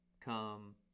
come